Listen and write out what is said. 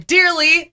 Dearly